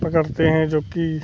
पकड़ते हैं जो कि